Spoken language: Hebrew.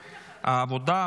העבודה,